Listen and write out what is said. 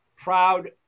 proud